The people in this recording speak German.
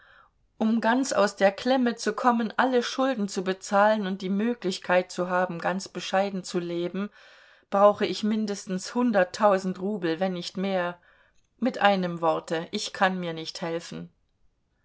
um ganz aus der klemme zu kommen alle schulden zu bezahlen und die möglichkeit zu haben ganz bescheiden zu leben brauche ich mindestens hunderttausend rubel wenn nicht mehr mit einem worte ich kann mir nicht helfen